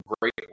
great